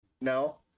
No